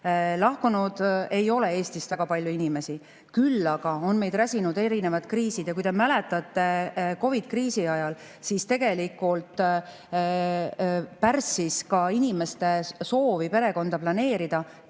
Lahkunud ei ole Eestist väga palju inimesi, küll aga on meid räsinud erinevad kriisid. Kui te mäletate, siis COVID-i kriisi ajal tegelikult pärssis inimeste soovi perekonda planeerida